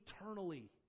eternally